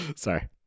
Sorry